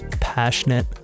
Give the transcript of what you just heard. passionate